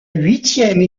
huitième